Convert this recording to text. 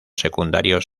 secundarios